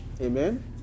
Amen